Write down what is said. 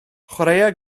chwaraea